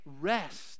rest